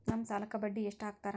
ನಮ್ ಸಾಲಕ್ ಬಡ್ಡಿ ಎಷ್ಟು ಹಾಕ್ತಾರ?